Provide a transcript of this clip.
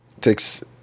takes